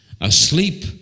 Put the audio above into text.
Asleep